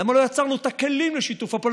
למה לא יצרנו את הכלים לשיתוף הפעולה?